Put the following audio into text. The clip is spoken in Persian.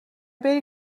بری